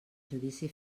judici